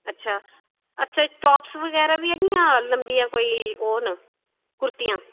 अच्छा सॉक्स बगैरा बी हैन जां कोई लंब्भियां कोई हैन कुर्तियां